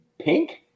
pink